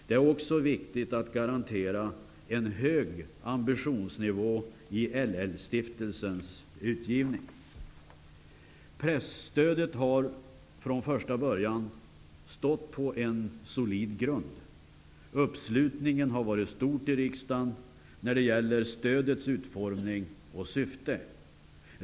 Det är också viktigt att garantera en hög ambitionsnivå i LL-stiftelsens utgivning. Presstödet har från första början stått på en solid grund. Uppslutningen i riksdagen har varit stor när det gäller stödets utformning och syfte.